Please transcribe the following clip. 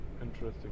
interesting